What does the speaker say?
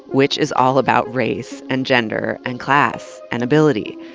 which is all about race, and gender, and class, and ability.